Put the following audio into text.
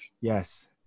Yes